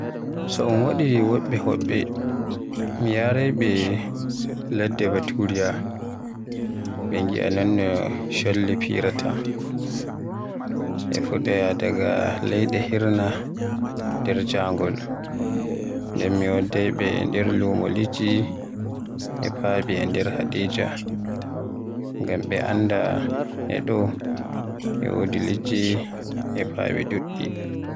So un waɗi woɓɓe hoɓɓe, mi yaraay ɓe ladde Baturiya, ɓe ngiya non no cholli firaata, e fuɗooya daga leyɗe hirna e nde jangol. Nden mi waddayɓe nder lumo liɗɗi e faɓi e nder Hadejia, ngam ɓe annda e ɗo e wodi liɗɗi e faɓi ɗuɗɗi.